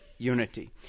Unity